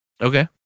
Okay